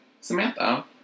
Samantha